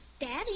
Daddy